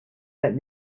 let